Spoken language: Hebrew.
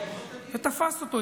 ותפס אותו,